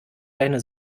deine